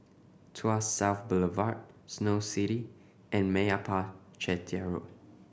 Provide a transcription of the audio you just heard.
Tuas South Boulevard Snow City and Meyappa Chettiar Road